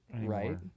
Right